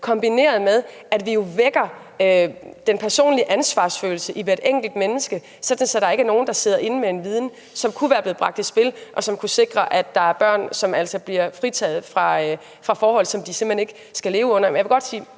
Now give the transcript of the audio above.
og samtidig vække den personlige ansvarsfølelse i hvert enkelt menneske – sådan at der ikke er nogen, der sidder inde med viden, som kunne have været bragt i spil, og som kunne have sikret, at der var børn, som var blevet fritaget for forhold, som de simpelt hen ikke skal leve under.